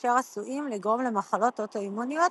אשר עשויים לגרום למחלות אוטואימוניות,